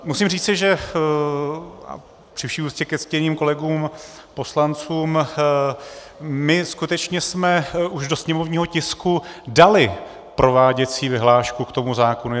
Musím říci, že a při vší úctě ke ctěným kolegům poslancům my skutečně jsme už do sněmovního tisku dali prováděcí vyhlášku k tomu zákonu.